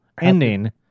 ending